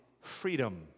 freedom